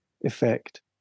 effect